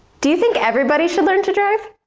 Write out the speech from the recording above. do you think everybody should learn to drive?